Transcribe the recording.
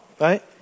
right